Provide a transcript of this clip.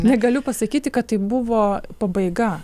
negaliu pasakyti kad tai buvo pabaiga